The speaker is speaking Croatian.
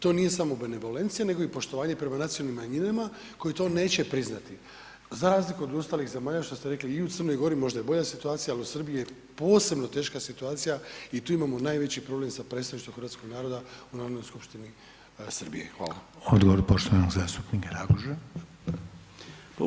To nije ... nego i poštovanje prema nacionalnim manjinama koje to neće priznati, za razliku od ostalih zemalja, što ste rekli i u Crnoj Gori, možda je bolja situacija, ali u Srbiji je posebno teška situacija i tu imamo najveći problem sa predstavništvom hrvatskog naroda u Narodnoj skupštini Srbije.